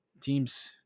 Teams